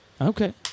okay